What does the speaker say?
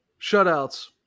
shutouts